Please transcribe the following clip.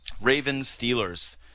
Ravens-Steelers